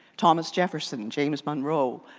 thomas jefferson, james monroe,